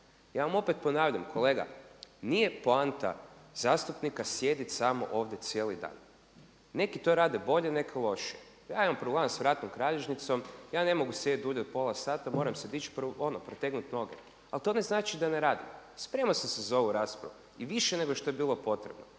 Ja vam opet po9navljam kolega. Nije poanta zastupnika sjedit samo ovdje cijeli dan. Neki to rade bolje, neki lošije. Ja imam problema sa vratnom kralježnicom, ja ne mogu sjediti dulje od pola sata. Moram se dići, ono protegnut noge. Ali to ne znači da ne radim. Spremao sam se za ovu raspravu i više nego što je bilo potrebno,